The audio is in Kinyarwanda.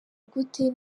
gute